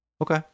Okay